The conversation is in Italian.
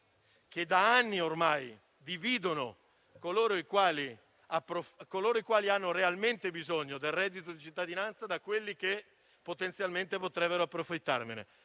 che da anni ormai distinguono coloro i quali hanno realmente bisogno del reddito di cittadinanza da coloro che potenzialmente potrebbero approfittarne.